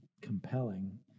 compelling